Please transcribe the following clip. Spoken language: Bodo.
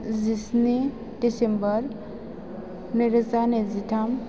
जिस्नि डिसेम्बर नैरोजा नैजिथाम